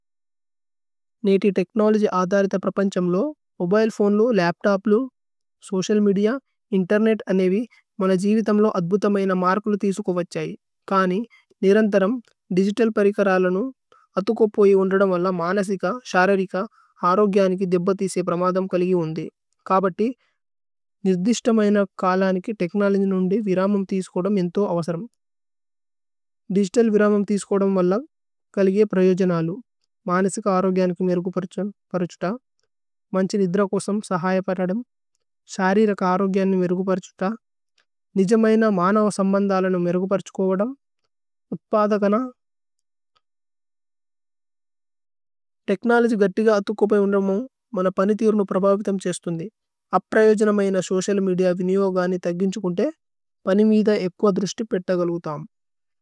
നേതി technology ആദരിത പ്രപന്ഛമ് ലോ, മോബിലേ ഫോനേ ലോ, ലപ്തോപ് ലോ, സോചിഅല് മേദിഅ, ഇന്തേര്നേത് അനേവി, മന്ഹ ജിവിതമ് ലോ അദ്ബുതമയേന മരകുലു തിസുകോ വഛ്ഛയി। കനി, നിരന്തരമ് ദിഗിതല് പരികര് അലനു അതുകോപ്പോ ഹി ഉന്രദമ് വല്ല മനസിക, ശരരിക, ഹരോ ഗ്യനികി ദേബ്ബ തിസ്കേ പ്രമദമ് കലിഗി ഉന്ദി। കബതി നിദിശ്തമയേന കലനികി തേക്നോലോജേനു ഉന്ദി വിരമമ് തിസുകോദമ് ഏന്ഥോ അവസ്രമി। ദിഗിതല് വിരമമ് തിസുകോദമ് വല്ല കലിഗി പ്രയോജേനലു, മനസിക ഹരോ ഗ്യനികി മേരുകുപരുഛുത। മന്ഛി നിദ്ര കോസമ് സഹയ പരദമ്, ശരിരിക ഹരോ ഗ്യനികി മേരുകുപരുഛുത। നിജമയേന മനവ സമ്ബന്ദ അലനു മേരുകുപരുഛുകോവദ। ഉപ്പദകന। തേഛ്നോലോജി ഗത്തിക അതുകോപയേന മോ, മന്പനിതിരുനു പ്രഭവിതമ് ഛേശ്ഥുന്ദി। അപ്പ്രയോജേനമയേന സോചിഅല് മേദിഅ വിനിയോഗ അനേ തഗിന്ഛുകുന്ദി പനിമിദ ഏക്വ ദുര്ശ്തി പേത്തഗലു തമ്।